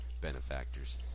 benefactors